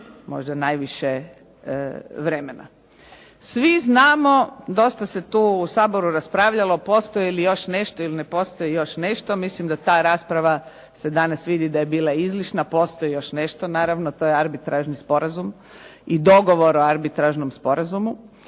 najviše vremena. Svi znamo dosta se tu u Saboru raspravljalo, postoji li još nešto ili ne postoji još nešto, mislim da ta rasprava se danas vidi da je bila izlišna, postoji naravno to je arbitražni sporazum i dogovor o arbitražnom sporazumu